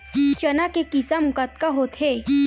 चना के किसम कतका होथे?